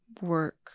work